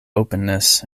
openness